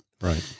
Right